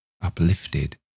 uplifted